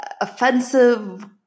offensive